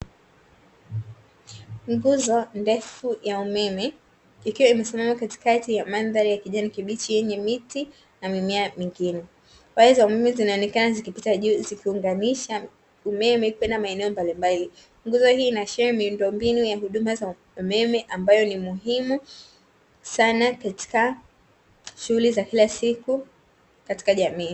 Nguzo ndefu ya umeme, ikiwa imesimama katikati ya mandhari ya kijani kibichi, yenye miti na mimea mingine. Waya za umeme zinaonekana zikipita juu zikiunganisha umeme kwenda maeneo mbalimbali. Nguzo hii inaashiria miundombinu ya huduma za umeme ambayo ni muhimu sana katika shughuli za kila siku katika jamii.